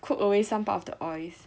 cook away some part of the oils